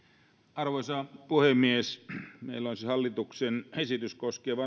arvoisa puhemies meillä olisi hallituksen esitys koskien